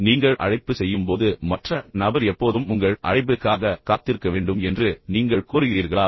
நீங்கள் அழைப்பு செய்யும்போது மற்ற நபர் எப்போதும் உங்கள் அழைபிற்க்காக காத்திருக்க வேண்டும் என்று நீங்கள் கோருகிறீர்களா